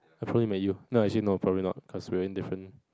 I probably met you no actually no probably not cause we are in different